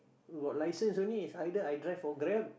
got license only is either I drive or Grab